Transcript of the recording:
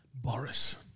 Boris